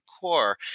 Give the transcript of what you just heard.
core